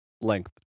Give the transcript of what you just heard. length